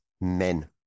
men